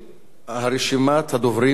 רשימת הדוברים סגורה.